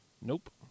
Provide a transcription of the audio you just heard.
Nope